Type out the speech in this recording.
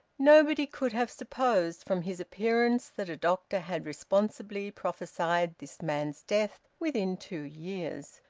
nobody could have supposed from his appearance that a doctor had responsibly prophesied this man's death within two years.